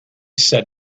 said